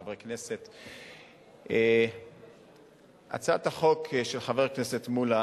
חברי כנסת, הצעת החוק של חבר הכנסת מולה